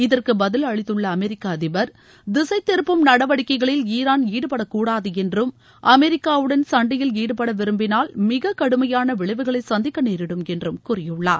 இதற்கு பதில் அளித்துள்ள அமெரிக்க அதிபர் திசைத்திருப்பும் நடவடிக்கைகளில் ஈரான் ஈடுபடக்கூடாது என்றும் அமெரிக்காவுடன் சண்டையில் ஈடுபட விரும்பினால் மிக கடுமையான விளைவுகளை சந்திக்க நேரிடும் என்று கூறியுள்ளார்